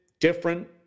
different